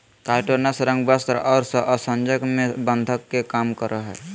काइटोनस रंग, वस्त्र और आसंजक में बंधक के काम करय हइ